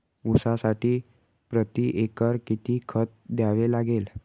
ऊसासाठी प्रतिएकर किती खत द्यावे लागेल?